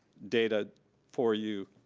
data for you.